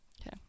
Okay